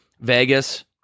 Vegas